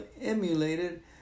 emulated